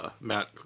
Matt